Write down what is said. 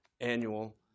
annual